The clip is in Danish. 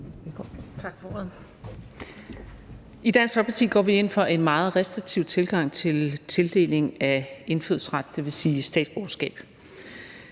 I Dansk Folkeparti går vi ind for en meget restriktiv tilgang til tildeling af indfødsret, dvs. statsborgerskab.